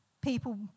people